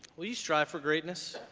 will you strive for greatness?